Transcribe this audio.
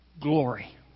glory